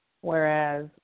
whereas